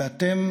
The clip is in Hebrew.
ואתם